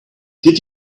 did